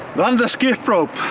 the and skip rope.